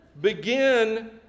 begin